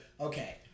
okay